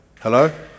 Hello